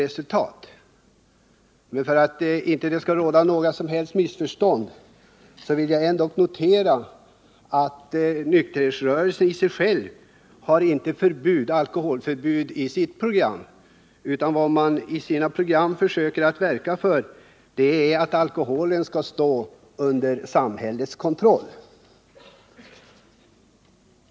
För att det inte skall råda några som helst missförstånd vill jag också påpeka att nykterhetsrörelsen inte har något alkoholförbud i sitt program. Vad man inom nykterhetsrörelsen försöker verka för är att alkoholen skall stå under samhällets kontroll.